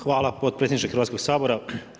Hvala potpredsjedniče Hrvatskog sabora.